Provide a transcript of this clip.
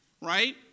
Right